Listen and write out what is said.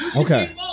Okay